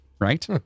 Right